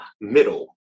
middle